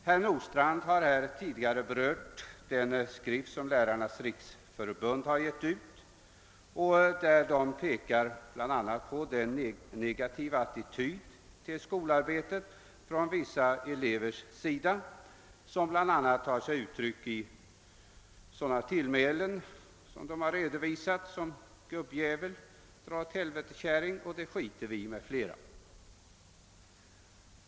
Herr Nordstrandh har här tidigare berört den skrift som Lärarnas riksförbund har givit ut och där man pekar bl.a. på den negativa attityd till skolsom bl.a. har tagit sig uttryck i sådana tillmälen som »gubbdjävul», »dra åt helvete, käring» och »det skiter vi i» m.fl.